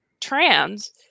trans